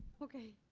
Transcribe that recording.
okay.